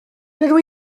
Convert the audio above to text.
dydw